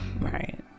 Right